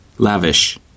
lavish